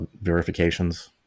verifications